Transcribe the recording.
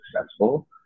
successful